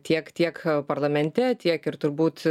tiek tiek parlamente tiek ir turbūt